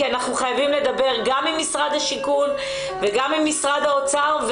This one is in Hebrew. כי אנחנו חייבים לדבר גם עם משרד השיכון וגם עם משרד האוצר,